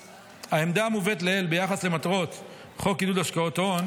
העמדה המובאת לעיל ביחס למטרות חוק עידוד השקעות הון